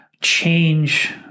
change